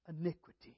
iniquity